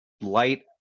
light